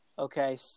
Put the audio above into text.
Okay